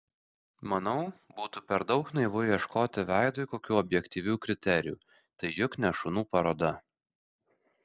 manau būtų per daug naivu ieškoti veidui kokių objektyvių kriterijų tai juk ne šunų paroda